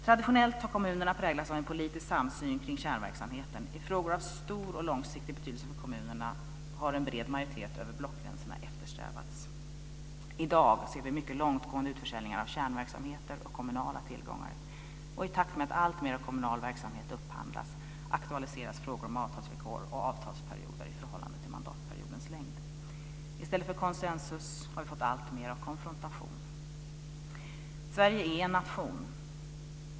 Traditionellt har kommunerna präglats av en politisk samsyn kring kärnverksamheten. I frågor av stor och långsiktig betydelse för kommunerna har en bred majoritet över blockgränserna eftersträvats. I dag ser vi mycket långtgående utförsäljningar av kärnverksamheter och kommunala tillgångar. I takt med att alltmer av kommunal verksamhet upphandlas aktualiseras frågor om avtalsvillkor och avtalsperioder i förhållande till mandatperiodens längd. I stället för konsensus har vi fått alltmer av konfrontation. Sverige är en nation.